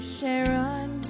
Sharon